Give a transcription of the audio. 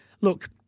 look